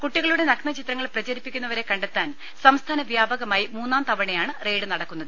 കൂട്ടിക ളുടെ നഗ്ന ചിത്രങ്ങൾ പ്രചരിപ്പിക്കുന്നവരെ കണ്ടെത്താൻ സംസ്ഥാന വൃാപകമായി മൂന്നാംതവണയാണ് റെയ്ഡ് നടക്കുന്നത്